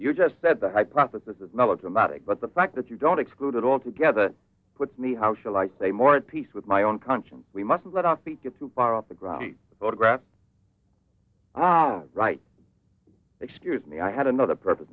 you just said the hypothesis is melodramatic but the fact that you don't exclude it altogether puts me how shall i say more at peace with my own conscience we mustn't let off get too far off the ground the photograph right excuse me i had another purpose